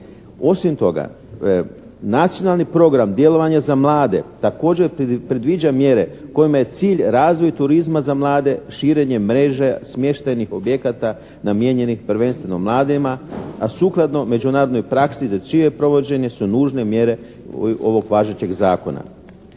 Ovim toga, nacionalni program djelovanja za mlade također predviđa mjere kojima je cilj razvoj turizma za mlade, širenje mreže smještajnih objekata namijenjenih prvenstveno mladima, a sukladno međunarodnoj praksi za pije provođenje su nužne mjere ovog važećeg zakona.